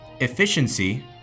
efficiency